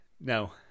no